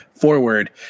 Forward